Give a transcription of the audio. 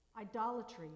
idolatry